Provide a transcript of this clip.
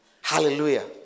Hallelujah